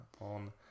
on